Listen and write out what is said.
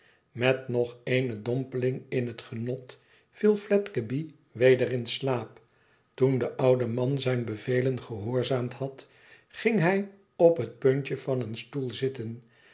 met nog eene dompeling in het genot viel fledgeby weder in slaap toen de oude man zijn bevelen gehoorzaamd had ginj hij op het puntje van een stoel zitten